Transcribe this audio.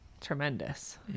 tremendous